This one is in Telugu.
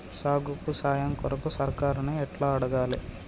సాగుకు సాయం కొరకు సర్కారుని ఎట్ల అడగాలే?